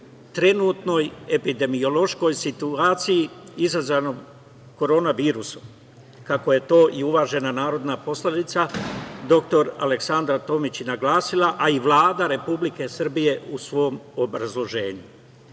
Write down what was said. trenutnoj epidemiološkoj situaciji izazvanom korona virusom, kako je to i uvažena narodna poslanica, dr Aleksandra Tomić i naglasila, a i Vlada Republike Srbije u svom obrazloženju. Kada